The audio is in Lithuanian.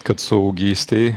kad suagystei